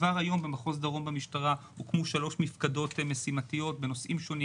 כבר היום במחוז דרום במשטרה הוקמו שלוש מפקדות משימתיות בנושאים שונים.